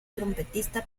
trompetista